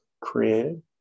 created